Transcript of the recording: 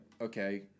okay –